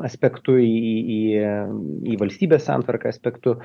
aspektu į į į valstybės santvarką aspektu